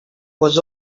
was